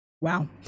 Wow